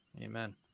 amen